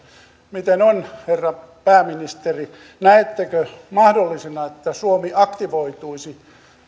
miten on herra pääministeri näettekö mahdollisena että suomi aktivoituisi